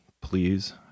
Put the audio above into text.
please